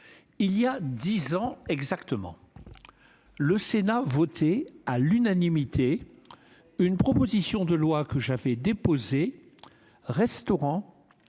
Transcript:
voilà dix ans exactement, le Sénat votait à l'unanimité une proposition de loi que j'avais déposée visant